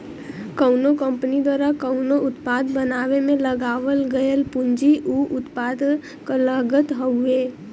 कउनो कंपनी द्वारा कउनो उत्पाद बनावे में लगावल गयल पूंजी उ उत्पाद क लागत हउवे